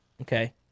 Okay